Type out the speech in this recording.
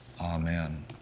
Amen